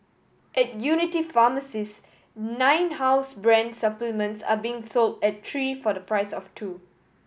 at Unity pharmacies nine house brand supplements are being sold at three for the price of two